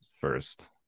first